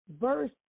verse